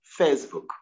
Facebook